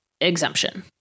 exemption